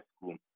school